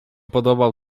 podobał